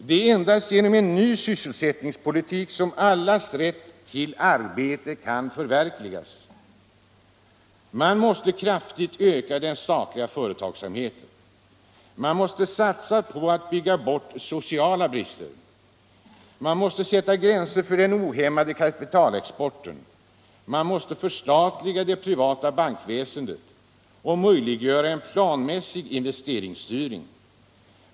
| Det är endast genom en helt ny sysselsättningspolitik som allas rätt till arbete kan förverkligas. Man måste kraftigt öka den statliga företagssamheten. Man måste satsa på att bygga bort sociala brister. Man måste sätta gränser för den ohämmade kapitalexporten. Man måste förstatliga det privata bankväsendet och möjliggöra en planmässig investeringsstyrning.